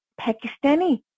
Pakistani